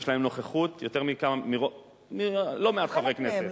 יש להם נוכחות יותר מללא-מעט חברי כנסת.